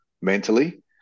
mentally